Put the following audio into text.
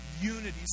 unity